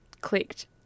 clicked